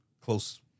close